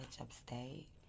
upstate